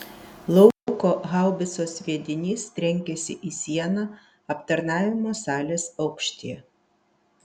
lauko haubicos sviedinys trenkėsi į sieną aptarnavimo salės aukštyje